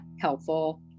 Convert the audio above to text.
helpful